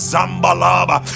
Zambalaba